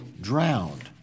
drowned